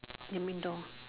the main door